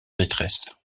détresse